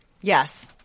Yes